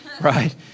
right